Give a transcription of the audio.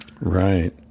Right